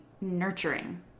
nurturing